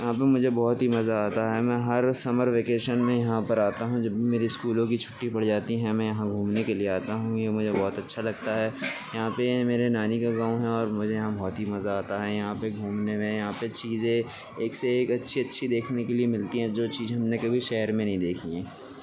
وہاں پہ مجھے بہت ہی مزہ آتا ہے میں ہر سمر وکیشن میں یہاں پر آتا ہوں جب بھی میری اسکولوں کی چھٹی پڑ جاتی ہیں میں یہاں گھومنے کے لیے آتا ہوں یہ مجھے بہت اچھا لگتا ہے یہاں پہ میرے نانی کا گاؤں ہے اور مجھے یہاں بہت ہی مزہ آتا ہے یہاں پہ گھومنے میں یہاں پہ چیزیں ایک سے ایک اچھی اچھی دیھکنے کے لیے ملتی ہیں جو چیز ہم نے کبھی شہر میں نہیں دیکھی ہیں